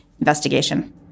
investigation